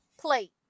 plate